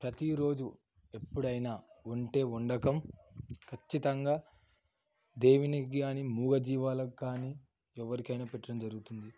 ప్రతిరోజు ఎప్పుడైనా వండే వంటకం కచ్చితంగా దేవుని కానీ మూగజీవాలకి కానీ ఎవరికైనా పెట్టడం జరుగుతుంది